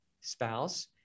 spouse